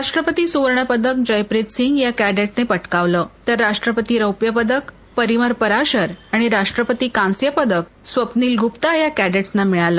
राष्ट्रपती सुवर्ण पदक जयप्रितसिंग या कॅडेटनं पटकवलं तर राष्ट्रपती रौप्य पदक परीमल पराशर आणि राष्ट्रपती कांस्य पदक स्वप्नील गुप्ता या कॅडेटसना मिळालं